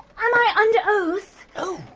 um i under oath? oh,